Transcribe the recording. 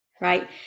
right